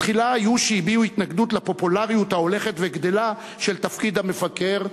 בתחילה היו שהביעו התנגדות לפופולריות ההולכת וגדלה של תפקיד המבקר.